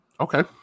Okay